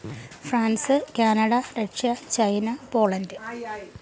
France Canada Russia China Poland